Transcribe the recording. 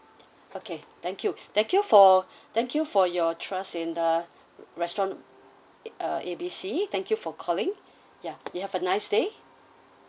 okay thank you thank you for thank you for your trust in the restaurant uh A B C thank you for calling ya you have a nice day